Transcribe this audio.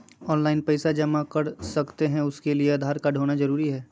Online पैसा जमा कर सकते हैं उसके लिए आधार कार्ड होना जरूरी है?